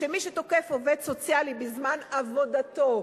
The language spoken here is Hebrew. שמי שתוקף עובד סוציאלי בזמן עבודתו,